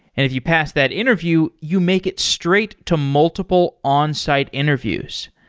if you pass that interview, you make it straight to multiple on-site interviews.